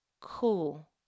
Cool